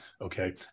okay